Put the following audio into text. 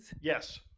Yes